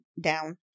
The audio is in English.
down